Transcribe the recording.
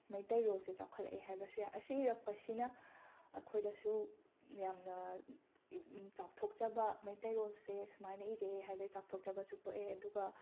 ꯃꯩꯇꯩꯔꯣꯜꯁꯦ ꯆꯥꯎꯈꯠꯂꯛꯑꯦ ꯍꯥꯏꯕꯁꯨ ꯌꯥꯏ ꯑꯁꯤ ꯏꯔꯛꯄꯁꯤꯅ ꯑꯩꯈꯣꯏꯗꯁꯨ ꯌꯥꯝꯅ ꯆꯥꯎꯊꯣꯛꯆꯕ ꯃꯩꯇꯩꯔꯣꯜꯁꯦ ꯁꯨꯃꯥꯏꯅ ꯏꯔꯦ ꯍꯥꯏꯕꯩ ꯆꯥꯎꯊꯣꯛꯆꯕꯁꯨ ꯄꯣꯛꯑꯦ ꯑꯗꯨꯒ